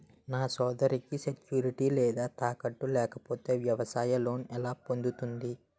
నా సోదరికి సెక్యూరిటీ లేదా తాకట్టు లేకపోతే వ్యవసాయ లోన్ ఎలా పొందుతుంది?